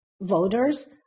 voters